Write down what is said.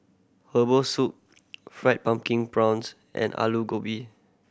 herbal soup Fried Pumpkin Prawns and Aloo Gobi